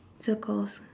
circles